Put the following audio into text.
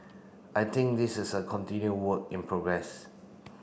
I think this is a continue work in progress